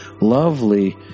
lovely